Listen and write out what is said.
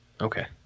okay